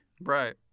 right